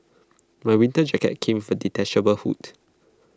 my winter jacket came with A detachable hood